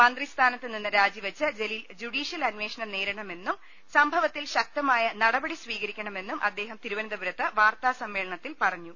മന്ത്രി സ്ഥാനത്തു നിന്ന് രാജിവെച്ച് ജലീൽ ജൂഡിഷ്യൽ അന്വേഷണം നേരിടണമെന്നും സംഭവത്തിൽ ശക്തമായ നടപടി സ്വീകരിക്കണമെന്നും അദ്ദേഹം തിരുവനന്തപുരത്ത് വാർത്താസമ്മേളനത്തിൽ പറഞ്ഞു